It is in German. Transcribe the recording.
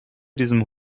diesem